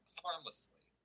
harmlessly